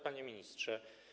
Panie Ministrze!